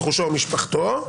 רכושו ומשפחתו.